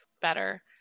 better